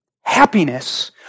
Happiness